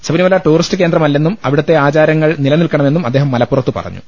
Sabarimala tourist കേന്ദ്രമല്ലെന്നും അവിടുത്തെ ആചാരങ്ങൾ നില നിൽക്കണമെന്നും അദ്ദേഹം മല പ്പു റത്ത് പറഞ്ഞു